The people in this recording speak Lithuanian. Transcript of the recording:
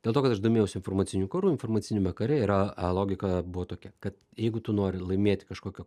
dėl to kad aš domėjausi informaciniu karu informaciniame kare yra a logika buvo tokia kad jeigu tu nori laimėti kažkokią